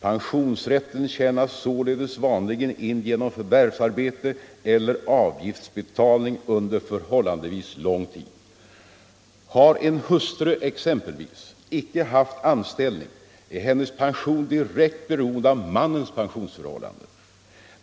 Pensionsrätten tjänas således vanligen in genom förvärvsarbete eller avgiftsbetalning under förhållandevis lång tid. Har en hustru exempelvis inte haft anställning är hennes pension direkt beroende av mannens pensionsförhållanden.